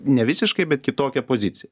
nevisiškai bet kitokia pozicija